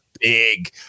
big